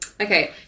okay